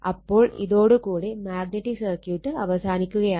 അപ്പോൾ ഇതോട് കൂടി മാഗ്നറ്റിക് സർക്യൂട്ട് അവസാനിക്കുകയാണ്